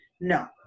No